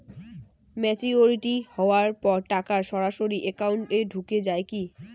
Maturity হওয়ার পর টাকা সরাসরি একাউন্ট এ ঢুকে য়ায় কি?